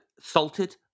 Salted